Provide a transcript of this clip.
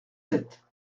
sept